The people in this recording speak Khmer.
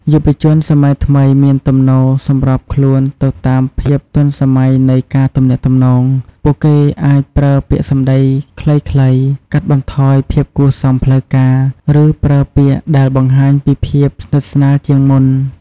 យុវជនសម័យថ្មីមានទំនោរសម្របខ្លួនទៅតាមភាពទាន់សម័យនៃការទំនាក់ទំនង ពួកគេអាចប្រើពាក្យសំដីខ្លីៗ កាត់បន្ថយភាពគួរសមផ្លូវការ ឬប្រើពាក្យដែលបង្ហាញពីភាពស្និទ្ធស្នាលជាងមុន។